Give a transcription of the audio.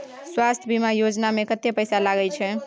स्वास्थ बीमा योजना में कत्ते पैसा लगय छै?